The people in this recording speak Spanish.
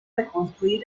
reconstruir